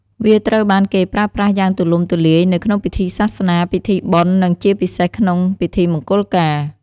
វាត្រូវបានគេប្រើប្រាស់យ៉ាងទូលំទូលាយនៅក្នុងពិធីសាសនា ពិធីបុណ្យ និងជាពិសេសក្នុងពិធីមង្គលការ។